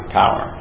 power